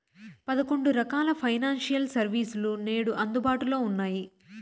పదకొండు రకాల financial service లు నేడు అందుబాటులో ఉన్నాయి